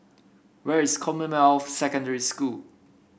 where is Commonwealth Secondary School